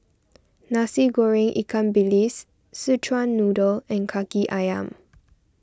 Nasi Goreng Ikan Bilis Szechuan Noodle and Kaki Ayam